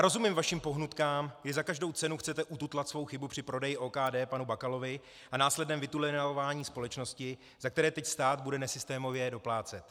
Rozumím vašim pohnutkám, že za každou cenu chcete ututlat svou chybu při prodeji OKD panu Bakalovi a následném vytunelování společnosti, za které teď stát bude nesystémově doplácet.